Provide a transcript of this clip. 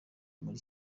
muri